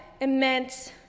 immense